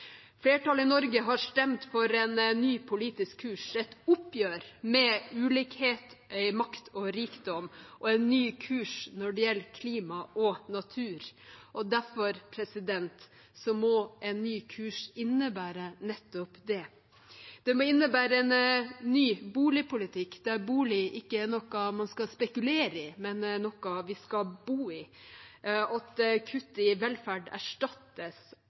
en ny politisk kurs, et oppgjør med ulikhet i makt og rikdom og en ny kurs når det gjelder klima og natur. Derfor må en ny kurs innebære nettopp det. Det må innebære en ny boligpolitikk der bolig ikke er noe man skal spekulere i, men noe vi skal bo i, at kutt i velferd erstattes